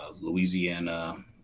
Louisiana